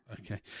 Okay